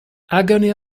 agony